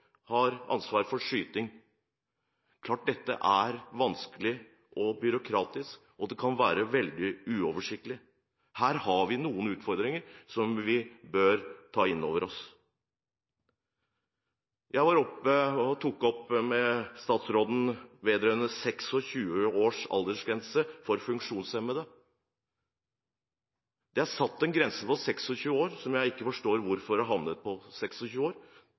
har ansvar for skyting. Det er klart at dette er vanskelig og byråkratisk, og det kan være veldig uoversiktlig. Her har vi noen utfordringer som vi bør ta inn over oss. Jeg tok opp med statsråden 26-års aldersgrense for funksjonshemmede. Det er satt en grense på 26 år – jeg forstår ikke hvorfor den har havnet på 26 år